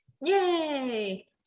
yay